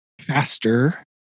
faster